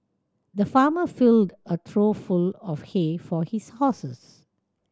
the farmer filled a trough full of hay for his horses